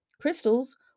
Crystals